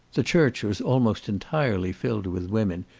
the church was almost entirely filled with women,